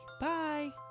Bye